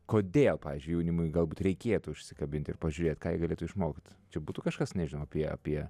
kodėl pavyzdžiui jaunimui galbūt reikėtų užsikabint ir pažiūrėt ką jie galėtų išmokt čia būtų kažkas nežinau apie apie